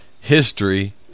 History